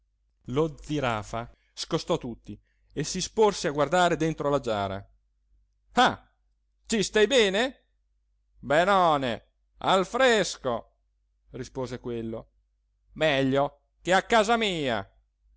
lo zirafa scostò tutti e si sporse a guardare dentro la giara ah ci stai bene benone al fresco rispose quello meglio che a casa mia